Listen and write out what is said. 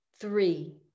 Three